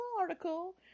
article